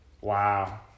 wow